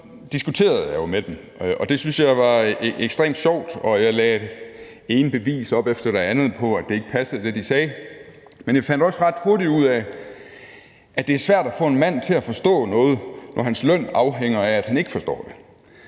Så diskuterede jeg jo med dem, og det syntes jeg var ekstremt sjovt, og jeg lagde det ene bevis op efter det andet på, at det, de sagde, ikke passede. Men jeg fandt også ret hurtigt ud af, at det er svært at få en mand til at forstå noget, når hans løn afhænger af, at han ikke forstår det.